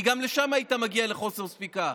כי גם שם היית מגיע לחוסר ספיקה,